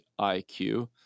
IQ